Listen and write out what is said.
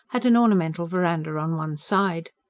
had an ornamental verandah on one side.